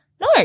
no